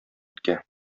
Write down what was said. эткә